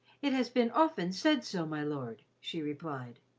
it has been often said so, my lord, she replied,